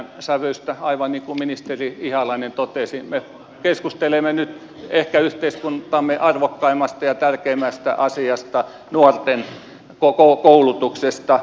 aivan niin kuin ministeri ihalainen totesi me keskustelemme nyt ehkä yhteiskuntamme arvokkaimmasta ja tärkeimmästä asiasta nuorten koulutuksesta